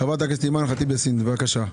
חברת הכנסת אימאן חטיב יאסין בבקשה,